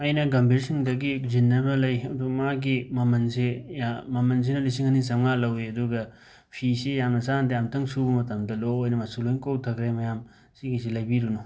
ꯑꯩꯅ ꯒꯝꯚꯤꯔ ꯁꯤꯡꯗꯒꯤ ꯖꯤꯟ ꯑꯃ ꯂꯩ ꯑꯗꯨ ꯃꯥꯒꯤ ꯃꯃꯟꯁꯦ ꯌꯥꯝ ꯃꯃꯟꯁꯤꯅ ꯂꯤꯁꯤꯡ ꯑꯅꯤ ꯆꯝꯃꯉꯥ ꯂꯧꯋꯦ ꯑꯗꯨꯒ ꯐꯤꯁꯤ ꯌꯥꯝꯅ ꯆꯥꯟꯅꯗꯦ ꯑꯃꯨꯛꯇꯪ ꯁꯨꯕ ꯃꯇꯝꯗ ꯂꯣꯏꯅ ꯃꯆꯨ ꯂꯣꯏꯅ ꯀꯣꯛꯊꯈ꯭ꯔꯦ ꯃꯌꯥꯝ ꯁꯤꯒꯤꯁꯤ ꯂꯩꯕꯤꯔꯨꯅꯨ